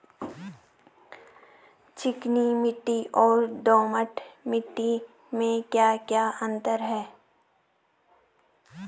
चिकनी मिट्टी और दोमट मिट्टी में क्या क्या अंतर है?